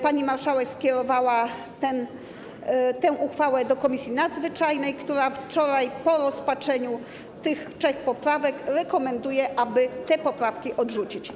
Pani marszałek skierowała tę uchwałę do Komisji Nadzwyczajnej, która po wczorajszym rozpatrzeniu tych trzech poprawek rekomenduje, aby te poprawki odrzucić.